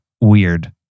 weird